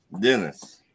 Dennis